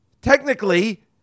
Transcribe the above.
technically